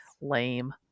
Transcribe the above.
lame